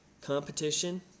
competition